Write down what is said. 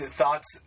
thoughts